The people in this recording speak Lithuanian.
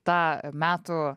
tą metų